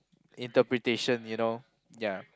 interpretation you know ya